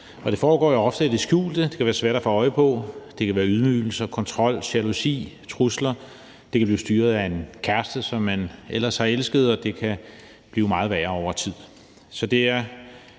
at få øje på. Det kan være ydmygelser, kontrol, jalousi og trusler, det kan være at blive styret af en kæreste, som man ellers har elsket, og det kan blive meget værre over tid.